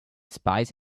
spies